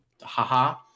haha